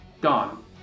gone